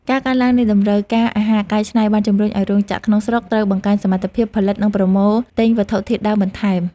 ការកើនឡើងនៃតម្រូវការអាហារកែច្នៃបានជម្រុញឱ្យរោងចក្រក្នុងស្រុកត្រូវបង្កើនសមត្ថភាពផលិតនិងប្រមូលទិញវត្ថុធាតុដើមបន្ថែម។